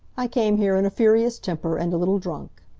i came here in a furious temper and a little drunk.